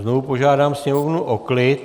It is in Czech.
Znovu požádám sněmovnu o klid.